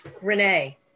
Renee